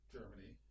Germany